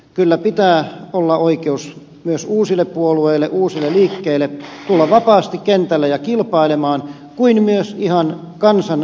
kyllä pitää olla oikeus myös uusille puolueille uusille liikkeille tulla vapaasti kentälle ja kilpailemaan kuin myös ihan kansan valitsijalistalta